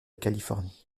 californie